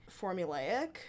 formulaic